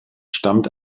stammt